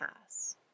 pass